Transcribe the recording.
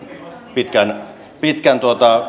pitkän pitkän